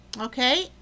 okay